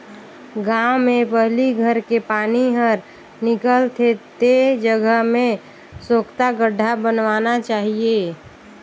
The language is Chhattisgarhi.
गांव में पहली घर के पानी हर निकल थे ते जगह में सोख्ता गड्ढ़ा बनवाना चाहिए